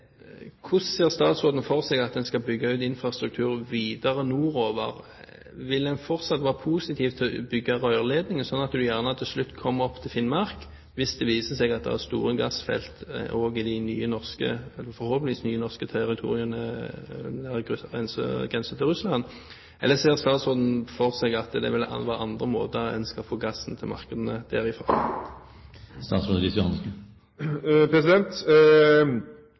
statsråden ser for seg at en skal bygge ut infrastrukturen videre nordover. Vil en fortsatt være positiv til å bygge rørledninger sånn at man til slutt kommer opp til Finnmark, hvis det viser seg at det er store gassfelt også i de forhåpentligvis nye norske territoriene som grenser til Russland? Eller ser statsråden for seg at det vil være på andre måter en skal få gassen til markedene